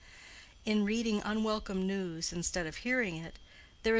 in reading unwelcome news, instead of hearing it,